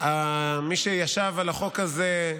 מי שישב על החוק הזה,